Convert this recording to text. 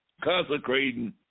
consecrating